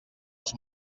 els